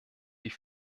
die